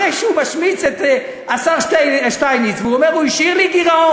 אחרי שהוא משמיץ את השר שטייניץ והוא אומר שהוא השאיר לו גירעון,